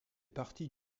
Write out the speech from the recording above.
partie